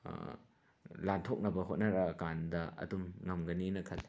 ꯂꯥꯟꯊꯣꯛꯅꯕ ꯍꯣꯠꯅꯔꯛꯑꯀꯥꯟꯗ ꯑꯗꯨꯝ ꯉꯝꯒꯅꯤꯅ ꯈꯜꯂꯦ